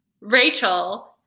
Rachel